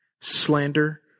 slander